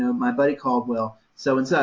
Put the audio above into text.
my buddy caldwell, so and so.